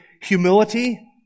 humility